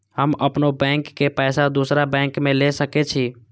हम अपनों बैंक के पैसा दुसरा बैंक में ले सके छी?